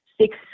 six